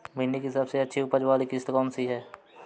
भिंडी की सबसे अच्छी उपज वाली किश्त कौन सी है?